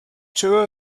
two